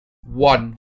one